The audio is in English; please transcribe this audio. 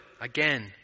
again